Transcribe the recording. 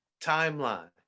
timeline